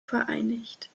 vereinigt